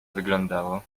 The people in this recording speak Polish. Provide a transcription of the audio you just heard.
wyglądało